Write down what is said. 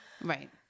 Right